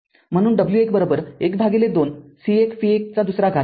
म्हणून w १ १२ c १ v १ २ आहे